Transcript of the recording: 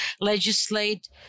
legislate